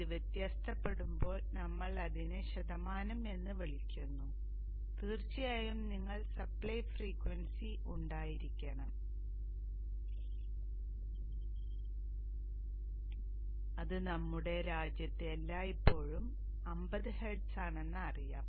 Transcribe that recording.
അതിനാൽ വ്യത്യസ്തപെടുമ്പോൾ നമ്മൾ അതിനെ ശതമാനം എന്ന് വിളിക്കുന്നു തീർച്ചയായും നിങ്ങൾക്ക് സപ്ലൈ ഫ്രീക്വൻസി ഉണ്ടായിരിക്കണം അത് നമ്മുടെ രാജ്യത്ത് എല്ലായ്പ്പോഴും 50 ഹെർട്സ് ആണെന്ന് അറിയാം